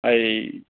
এই